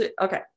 Okay